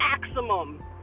maximum